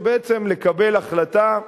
לקבל החלטה טובה,